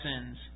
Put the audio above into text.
sins